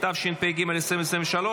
התשפ"ג 2023,